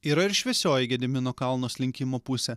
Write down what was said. yra ir šviesioji gedimino kalno slinkimo pusė